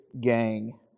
gang